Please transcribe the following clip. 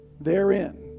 therein